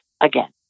again